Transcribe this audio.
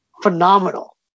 phenomenal